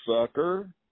sucker